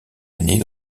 années